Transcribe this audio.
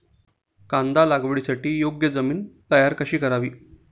कांदा लागवडीसाठी योग्य जमीन तयार कशी करावी?